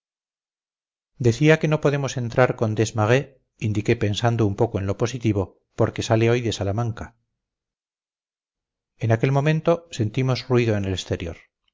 decía que no podemos entrar con desmarets indiqué pensando un poco en lo positivo porque sale hoy de salamanca en aquel momento sentimos ruido en el exterior